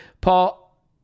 Paul